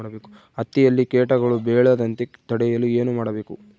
ಹತ್ತಿಯಲ್ಲಿ ಕೇಟಗಳು ಬೇಳದಂತೆ ತಡೆಯಲು ಏನು ಮಾಡಬೇಕು?